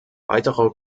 weiterer